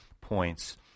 points